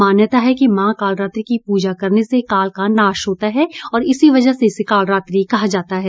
मान्यता है मां कालरात्रि की प्रजा करने से काल का नाश होता है और इसी वजह से इसे कालरात्रि कहा जाता है